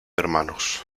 hermanos